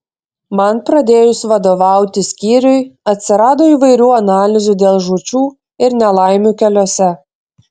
man pradėjus vadovauti skyriui atsirado įvairių analizių dėl žūčių ir nelaimių keliuose